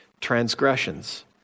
Transgressions